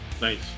Nice